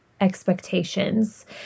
expectations